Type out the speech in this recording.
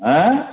हां